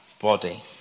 body